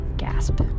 gasp